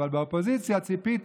אבל מהאופוזיציה ציפיתי.